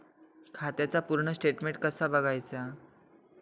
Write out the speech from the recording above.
खात्याचा पूर्ण स्टेटमेट कसा बगायचा?